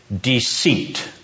deceit